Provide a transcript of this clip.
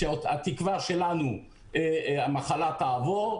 כשהתקווה שלנו שהמחלה תעבור,